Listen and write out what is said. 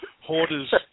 Hoarders